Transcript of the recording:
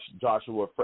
Joshua